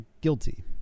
guilty